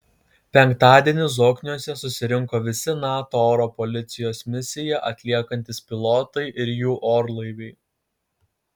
penktadienį zokniuose susirinko visi nato oro policijos misiją atliekantys pilotai ir jų orlaiviai